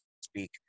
speak